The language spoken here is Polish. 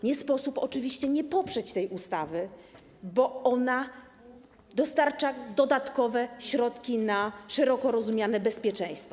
Nie sposób oczywiście nie poprzeć tej ustawy, bo ona dostarcza dodatkowe środki na szeroko rozumiane bezpieczeństwo.